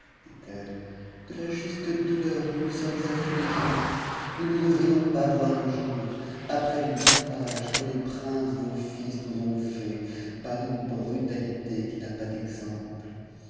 de la juste douleur dont nous sommes affligées nous ne devrions pas voir le jour après l'outrage e les princes vos fils nous ont fait par une brutalité qui n'a pas d'exemt's